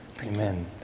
Amen